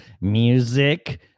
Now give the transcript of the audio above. music